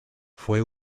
fue